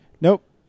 Nope